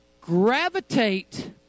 gravitate